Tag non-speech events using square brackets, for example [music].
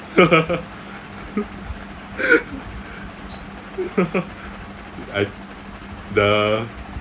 [laughs] I the